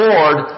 Lord